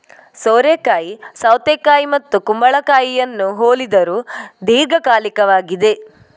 ಸೋರೆಕಾಯಿ ಸೌತೆಕಾಯಿ ಮತ್ತು ಕುಂಬಳಕಾಯಿಯನ್ನು ಹೋಲಿದರೂ ದೀರ್ಘಕಾಲಿಕವಾಗಿದೆ